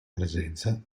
presenza